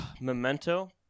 Memento